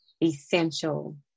essential